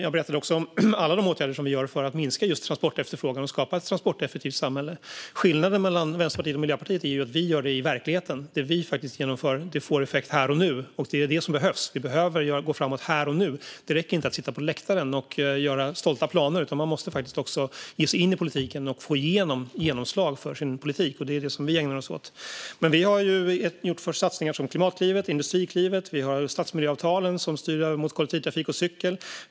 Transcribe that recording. Jag berättade också om alla de åtgärder som vi gör för att minska just transportefterfrågan och skapa ett transporteffektivt samhälle. Skillnaden mellan Vänsterpartiet och Miljöpartiet är att vi gör det i verkligheten. Det vi faktiskt genomför får effekt här och nu, och det är det som behövs. Det behöver gå framåt här och nu. Det räcker inte att sitta på läktaren och göra stolta planer, utan man måste faktiskt också ge sig in i politiken och få genomslag för sin politik. Det är det som vi ägnar oss åt. Vi har gjort satsningar som Klimatklivet och Industriklivet. Vi har stadsmiljöavtalen, som styr över mot kollektivtrafik och cykel.